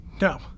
No